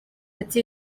ati